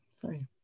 sorry